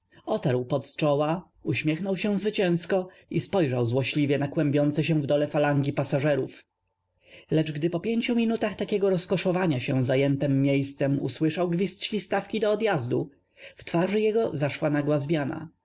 o t z czoła uśm iechnął się zwycięsko i spojrzał złośliwie na kłębiące się w dole falangi p a sażerów lecz gdy po pięciu m inutach ta kiego rozkoszow ania się zajętem miejscem usłyszał gw izd św istaw ki do odjazdu w tw a rzy jego zaszła nagła z